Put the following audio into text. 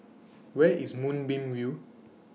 Where IS Moonbeam View